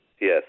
Yes